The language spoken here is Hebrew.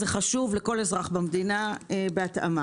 זה חשוב לכל אזרח במדינה בהתאמה.